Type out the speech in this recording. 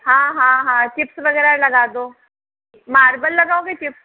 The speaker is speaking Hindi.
हाँ हाँ हाँ चिप्स वगैरह लगा दो मार्बल लगाओगे चिप्स